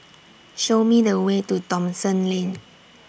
Show Me The Way to Thomson Lane